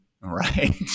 right